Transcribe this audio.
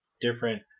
different